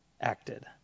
acted